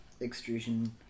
extrusion